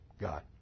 God